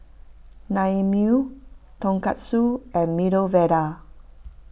Naengmyeon Tonkatsu and Medu Vada